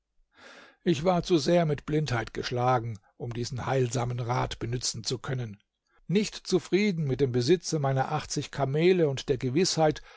ich war zu sehr mit blindheit geschlagen um diesen heilsamen rat benützen zu können nicht zufrieden mit dem besitze meiner achtzig kamele und der gewißheit